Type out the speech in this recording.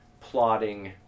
plotting